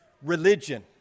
religion